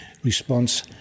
Response